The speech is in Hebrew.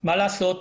מה לעשות?